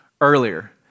earlier